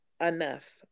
enough